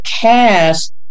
cast